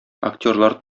актерлар